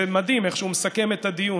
זה מדהים איך הוא מסכם את הדיון,